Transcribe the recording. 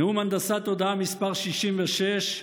נאום הנדסת תודעה מס' 66,